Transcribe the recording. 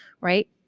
right